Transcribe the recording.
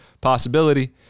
possibility